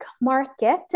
market